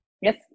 Yes